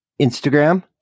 instagram